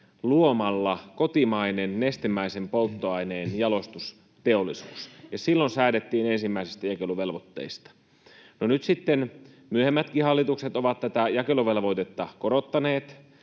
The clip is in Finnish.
luomalla kotimainen nestemäisen polttoaineen jalostusteollisuus, ja silloin säädettiin ensimmäisistä jakeluvelvoitteista. No, nyt sitten myöhemmätkin hallitukset ovat tätä jakeluvelvoitetta korottaneet,